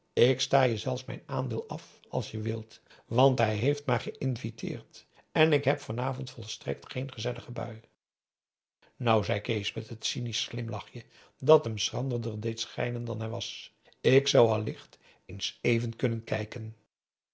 ik sta je zelfs mijn aandeel af als je wilt want hij heeft maar geïnviteerd en ik heb van avond volstrekt geen gezellige bui nou zei kees met t cynisch glimlachje dat hem schranderder deed schijnen dan hij was ik zou allicht eens even kunnen kijken